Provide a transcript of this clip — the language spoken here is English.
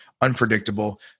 unpredictable